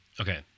Okay